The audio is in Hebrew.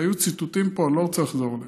היו ציטוטים פה, ואני לא רוצה לחזור עליהם.